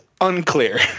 unclear